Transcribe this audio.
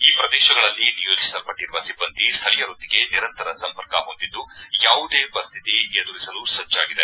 ಈ ಪ್ರದೇಶಗಳಲ್ಲಿ ನಿಯೋಜಿಸಲ್ಲಟ್ಟಿರುವ ಸಿಬ್ಬಂದಿ ಸ್ಠಳೀಯರೊಂದಿಗೆ ನಿರಂತರ ಸಂಪರ್ಕ ಹೊಂದಿದ್ದು ಯಾವುದೇ ಪರಿಸ್ಥಿತಿ ಎದುರಿಸಲು ಸಜ್ಜಾಗಿದೆ